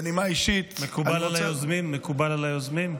מקובל על היוזמים?